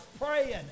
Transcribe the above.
praying